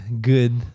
good